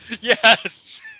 Yes